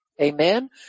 Amen